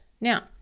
Now